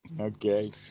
okay